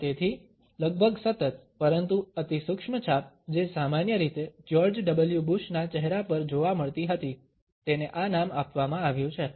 અને તેથી લગભગ સતત પરંતુ અતિસૂક્ષ્મ છાપ જે સામાન્ય રીતે જ્યોર્જ ડબલ્યુ બુશના ચહેરા પર જોવા મળતી હતી તેને આ નામ આપવામાં આવ્યું છે